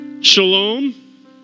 Shalom